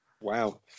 Wow